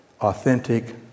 authentic